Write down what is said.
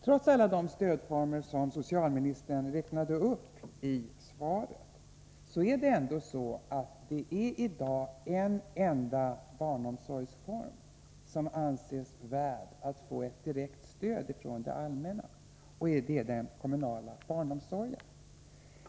Trots alla de stödformer som socialministern räknade upp i svaret, är det i dag en enda barnomsorgsform som anses värd att få ett direkt stöd från det allmänna, och det är den kommunala barnomsorgen.